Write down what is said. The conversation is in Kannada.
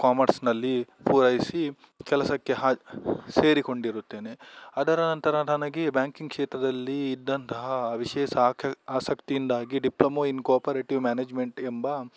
ಕಾಮರ್ಸಿನಲ್ಲಿ ಪೂರೈಸಿ ಕೆಲಸಕ್ಕೆ ಹಾ ಸೇರಿಕೊಂಡಿರುತ್ತೇನೆ ಅದರ ನಂತರ ನನಗೆ ಬ್ಯಾಂಕಿಂಗ್ ಕ್ಷೇತ್ರದಲ್ಲಿ ಇದ್ದಂತಹ ವಿಶೇಷ ಆಕ್ ಆಸಕ್ತಿಯಿಂದಾಗಿ ಡಿಪ್ಲೋಮ ಇನ್ ಕೋಪರೇಟಿವ್ ಮ್ಯಾನೇಜ್ಮೆಂಟ್ ಎಂಬ